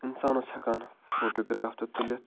اِنسان اوس ہٮ۪کان فوٹو گراف تہِ تُلِتھ